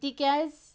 تِکیٛاز